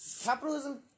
capitalism